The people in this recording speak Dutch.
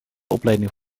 opleiding